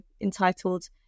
entitled